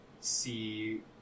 see